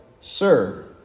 Sir